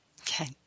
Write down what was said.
Okay